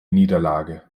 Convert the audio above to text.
niederlage